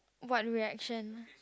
what reaction